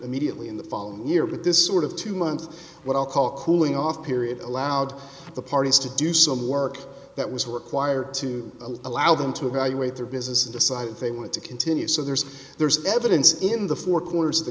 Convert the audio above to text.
immediately in the following year with this sort of two month what i'll call a cooling off period allowed the parties to do some work that will require to allow them to evaluate their business and decide if they want to continue so there's there's evidence in the four corners of the